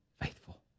faithful